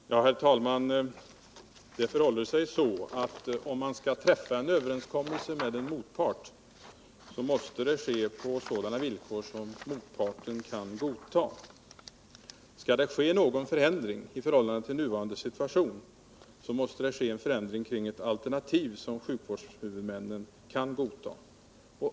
Nr 37 Herr talman! Det förhåller sig så, att om man skall träffa en överenskommelse med en motpart måste det ske på villkor som motparten kan godta. Skall det ske någon förändring i förhållande till nuvarande situation måste det ske en förändring kring ett alternativ som kan godtas Huvudmannaskaav sjukvårdshuvudmännen.